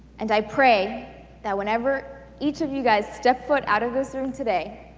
and i pray that whenever each of you guys step foot out of this room today,